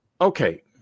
Okay